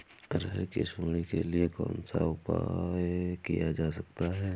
अरहर की सुंडी के लिए कौन सा उपाय किया जा सकता है?